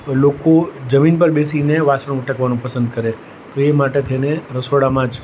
લોકો જમીન પર બેસીને વાસણ ઉટકવાનું પસંદ કરે તો એ માટે થઈને રસોડામાં જ